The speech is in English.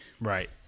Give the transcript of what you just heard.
right